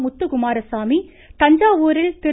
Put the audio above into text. முத்துக்குமாரசாமி தஞ்சாவூரில் திரு